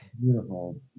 beautiful